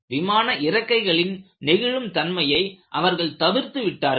விமான இறக்கைகளின் நெகிழும் தன்மையை அவர்கள் தவிர்த்து விட்டார்கள்